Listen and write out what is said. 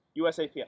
USAPL